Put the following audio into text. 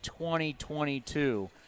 2022